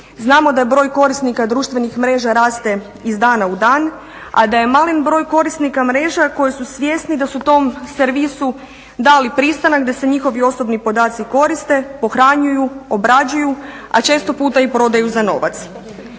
Znamo da broj korisnika društvenih mreža raste iz dana u dan, a da je malom broju korisnika mreža koji su svjesni da su tom servisu dali pristanak da se njihovi osobni podaci koriste, pohranjuju, obrađuju, a često puta i prodaju za novac.